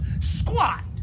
squat